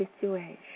situation